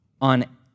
on